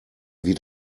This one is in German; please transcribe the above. wie